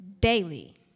daily